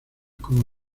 como